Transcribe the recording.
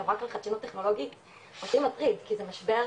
רק על חדשנות טכנולוגית אותי מטריד כי זה משבר,